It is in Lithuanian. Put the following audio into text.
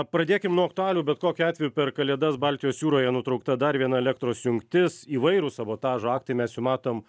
pradėkim nuo aktualijų bet kokiu atveju per kalėdas baltijos jūroje nutraukta dar viena elektros jungtis įvairūs sabotažo aktai mes jų matom